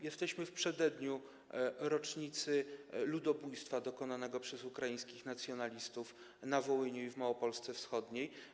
Jesteśmy w przededniu rocznicy ludobójstwa dokonanego przez ukraińskich nacjonalistów na Wołyniu i w Małopolsce Wschodniej.